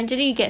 cause